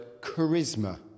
charisma